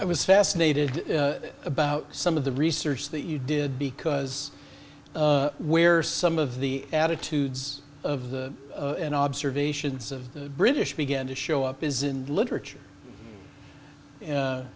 i was fascinated about some of the research that you did because where some of the attitudes of the observations of the british began to show up is in literature